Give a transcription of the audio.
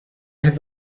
have